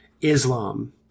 islam